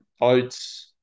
oats